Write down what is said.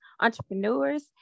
entrepreneurs